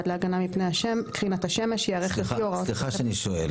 להגנה מפני קרינת השמש ייערך לפי הוראות התוספת התשיעית.